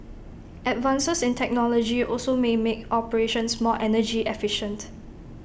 advances in technology also may make operations more energy efficient